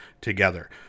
together